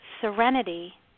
serenity